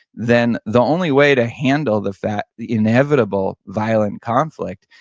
then the only way to handle the fact the inevitable violent conflict,